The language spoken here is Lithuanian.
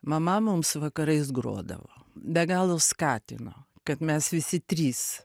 mama mums vakarais grodavo be galo skatino kad mes visi trys